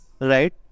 Right